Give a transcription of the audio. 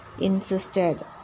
insisted